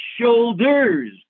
shoulders